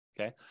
Okay